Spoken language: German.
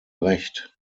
recht